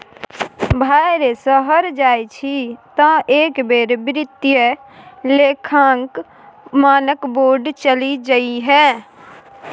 भाय रे शहर जाय छी तँ एक बेर वित्तीय लेखांकन मानक बोर्ड चलि जइहै